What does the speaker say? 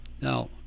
Now